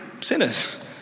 Sinners